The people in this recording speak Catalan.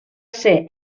ser